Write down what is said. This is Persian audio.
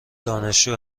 دانشجو